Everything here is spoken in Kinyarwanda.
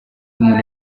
umuntu